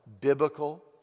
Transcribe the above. Biblical